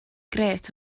grêt